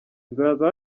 nzaza